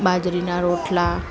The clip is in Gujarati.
બાજરીના રોટલા